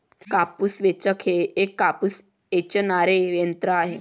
कापूस वेचक हे एक कापूस वेचणारे यंत्र आहे